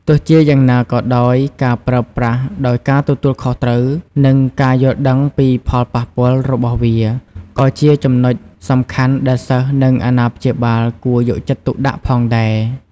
ទោះជាយ៉ាងណាក៏ដោយ ការប្រើប្រាស់ដោយការទទួលខុសត្រូវ និងការយល់ដឹងពីផលប៉ះពាល់របស់វា ក៏ជាចំណុចសំខាន់ដែលសិស្ស និងអាណាព្យាបាលគួរយកចិត្តទុកដាក់ផងដែរ។